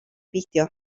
beidio